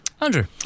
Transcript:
Andrew